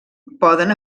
poden